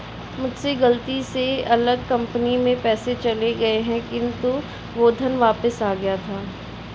मुझसे गलती से अलग कंपनी में पैसे चले गए थे किन्तु वो धन वापिस आ गया था